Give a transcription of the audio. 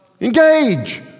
Engage